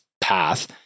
path